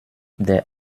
der